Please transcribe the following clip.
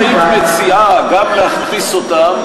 שדן בעניינים שכולנו יודעים שיש להם נגיעה גם בנושאים כלכליים,